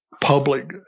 public